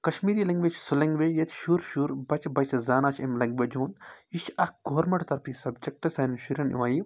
Kashmiri language چھِ سُہ language ییٚتہِ شُر شُر بَچہِ بَچہِ زانان چھِ اَمہِ لینٛگویج ہُنٛد یہِ چھِ اَکھ گورمٮ۪نٛٹ طرفی سَبجَکٹ سانٮ۪ن شُرٮ۪ن یِوان یہِ